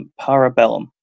Parabellum